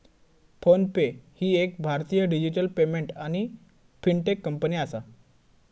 phone पे ही एक भारतीय डिजिटल पेमेंट आणि फिनटेक कंपनी आसा